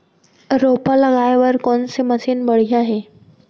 रोपा लगाए बर कोन से मशीन बढ़िया हे?